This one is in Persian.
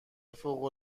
فوق